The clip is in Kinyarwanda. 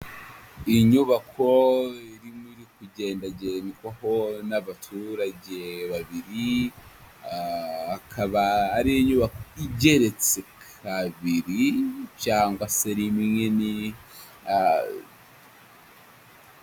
Inyubako irimo iri kugendagendwamo n'abaturage babiri, akaba ari inyubako igeretse kabiri cyangwa se rimwe ni.